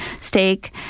steak